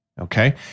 Okay